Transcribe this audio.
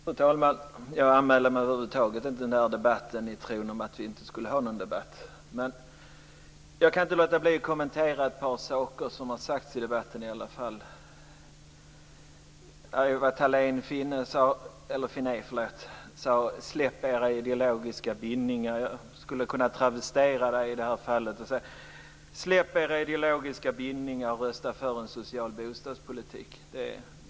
Fru talman! Jag anmälde mig först inte till debatten i tron om att vi inte skulle ha någon debatt. Men jag kan inte låta bli att kommentera ett par saker som har sagts i debatten. Ewa Thalén Finné sade: "Släpp era ideologiska bindningar." Jag skulle kunna travestera henne och säga: "Släpp era ideologiska bindningar och rösta för en social bostadspolitik."